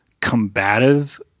combative